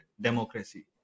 democracy